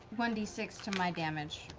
one d six to my damage